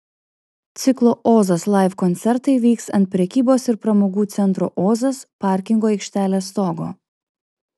ciklo ozas live koncertai vyks ant prekybos ir pramogų centro ozas parkingo aikštelės stogo